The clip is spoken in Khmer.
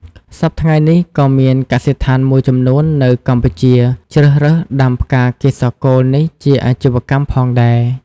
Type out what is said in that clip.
សព្វថ្ងៃនេះក៏មានកសិដ្ឋានមួយចំនួននៅកម្ពុជាជ្រើសរើសដំាផ្កាកេសរកូលនេះជាអាជីវកម្មផងដែរ។